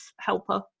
helper